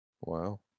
Wow